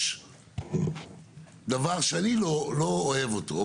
יש דבר שאני לא אוהב אותו.